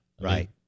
Right